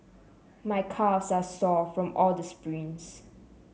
my calves are sore from all the sprints